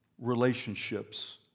relationships